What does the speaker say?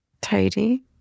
Tidy